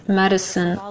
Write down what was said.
medicine